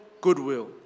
goodwill